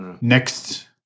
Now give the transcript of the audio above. next